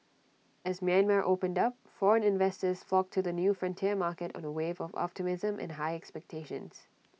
as Myanmar opened up foreign investors flocked to the new frontier market on A wave of optimism and high expectations